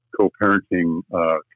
co-parenting